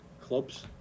clubs